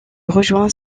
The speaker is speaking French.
rejoint